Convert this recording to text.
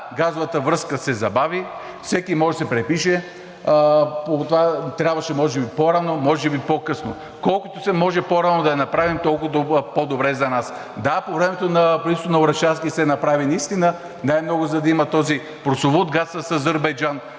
газовата връзка се забави. Всеки може да си припише… Трябваше може би по-рано, може би по-късно... Колкото се може по рано я направим, толкова по-добре за нас. Да, по времето на правителството на Орешарски наистина се направи най-много, за да има този прословут газ с Азербайджан.